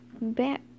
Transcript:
back